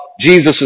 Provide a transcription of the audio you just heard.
Jesus